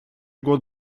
год